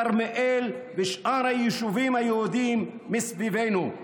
כרמיאל ושאר היישובים היהודיים מסביבנו.